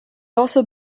also